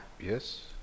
Yes